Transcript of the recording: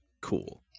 Cool